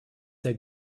der